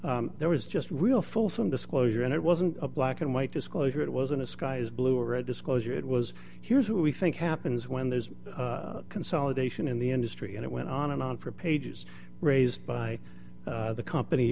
there was just real fulsome disclosure and it wasn't a black and white disclosure it wasn't a sky is blue or red disclosure it was here's what we think happens when there's a consolidation in the industry and it went on and on for pages raised by the company